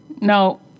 no